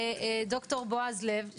ד"ר בעז לב,